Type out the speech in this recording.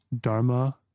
dharma